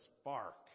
spark